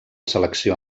selecció